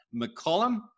McCollum